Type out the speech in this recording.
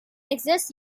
exists